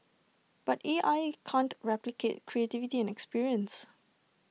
but A I can't replicate creativity and experience